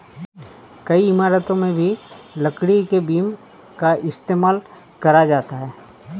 कई इमारतों में भी लकड़ी के बीम का इस्तेमाल करा जाता है